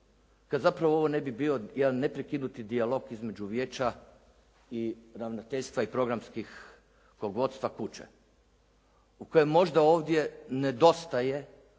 kad zapravo ovo ne bi bio jedan neprekinuti dijalog između vijeća, ravnateljstva i programskih vodstva kuće u kojem ovdje možda nedostaje